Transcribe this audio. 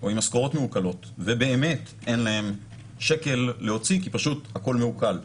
משכורות מעוקלות ובאמת אין להם שקל להוציא כי פשוט הכול מעוקל.